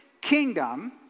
kingdom